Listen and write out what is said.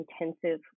intensive